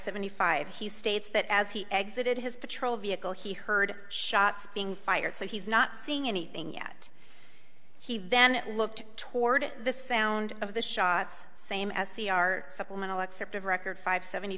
seventy five he states that as he exited his patrol vehicle he heard shots being fired so he's not seeing anything yet he then looked toward the sound of the shots same as c r supplemental excerpt of record five seventy